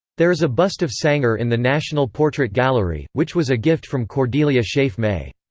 there is a bust of sanger in the national portrait gallery, which was a gift from cordelia scaife may.